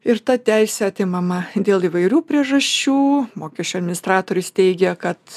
ir ta teisė atimama dėl įvairių priežasčių mokesčių administratorius teigia kad